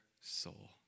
soul